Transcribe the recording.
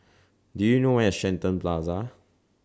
Do YOU know Where IS Shenton Plaza